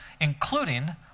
including